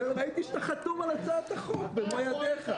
ראיתי שאתה חתום על הצעת החוק במו ידיך.